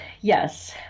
yes